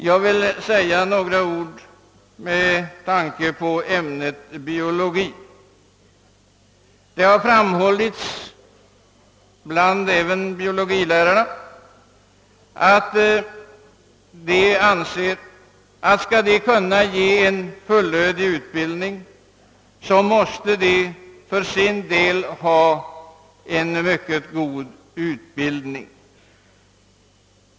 Jag vill säga några ord beträffande ämnet biologi. även biologilärarna har framhållit, att de, om de skall kunna ge en fullödig undervisning, för sin egen del måste ha en mycket god utbildning.